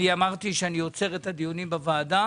אמרתי שאני עוצר את דיוני הוועדה